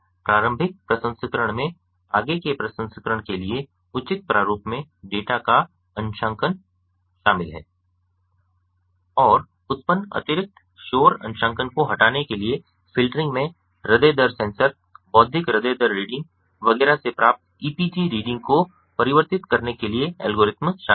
इसलिए प्रारंभिक प्रसंस्करण में आगे के प्रसंस्करण के लिए उचित प्रारूप में डेटा का अंशांकन शामिल है और उत्पन्न अतिरिक्त शोर अंशांकन को हटाने के लिए फ़िल्टरिंग में हृदय दर सेंसर बौद्धिक हृदय दर रीडिंग वगैरह से प्राप्त ईपीजी रीडिंग को परिवर्तित करने के लिए एल्गोरिदम शामिल हैं